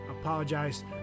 apologize